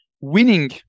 winning